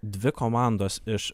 dvi komandos iš